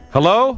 Hello